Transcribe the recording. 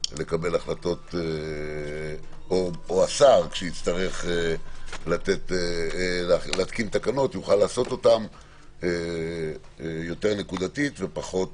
או השר כשיצטרך להתקין תקנות יוכל לעשות אותן יותר נקודתית ופחות